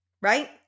right